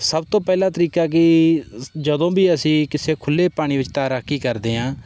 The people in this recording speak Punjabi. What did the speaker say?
ਸਭ ਤੋਂ ਪਹਿਲਾਂ ਤਰੀਕਾ ਕਿ ਜਦੋਂ ਵੀ ਅਸੀਂ ਕਿਸੇ ਖੁੱਲ੍ਹੇ ਪਾਣੀ ਵਿੱਚ ਤੈਰਾਕੀ ਕਰਦੇ ਹਾਂ